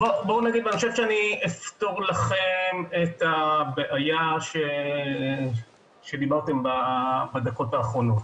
אני חושב שאני אפתור לכם את הבעיה שדיברתם עליה בדקות האחרונות.